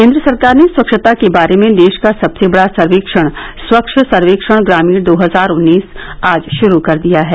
केन्द्र सरकार ने स्वच्छता के बारे में देश का सबसे बड़ा सर्वेक्षण स्वच्छ सर्वेक्षण ग्रामीण दो हजार उन्नीस आज शुरू कर दिया है